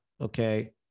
okay